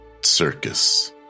circus